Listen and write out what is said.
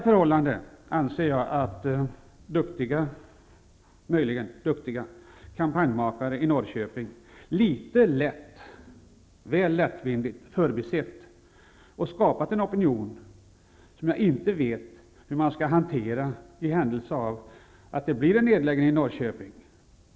Jag anser att eventuellt duktiga kampanjmakare i Norrköping förbisett detta förhållande litet väl lättvindigt och skapat en opinion, som jag inte vet hur man skall hantera i händelse av att det blir en nedläggning i Norrköping.